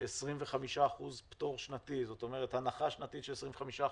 25% פטור שנתי, זאת אומרת, הנחה של 25%,